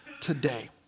today